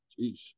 jeez